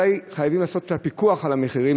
אולי חייבים לעשות פיקוח על המחירים,